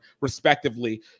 respectively